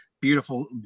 beautiful